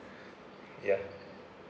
ya